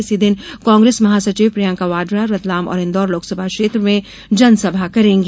इसी दिन कांग्रेस महासचिव प्रियंका वाड्रा रतलाम और इन्दौर लोकसभा क्षेत्र में जनसभा करेंगी